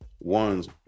one's